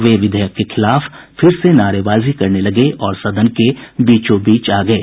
वे विधेयक के खिलाफ फिर से नारेबाजी करने लगे और सदन के बीचो बीच आ गये